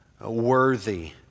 worthy